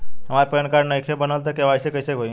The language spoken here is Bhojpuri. हमार पैन कार्ड नईखे बनल त के.वाइ.सी कइसे होई?